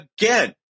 again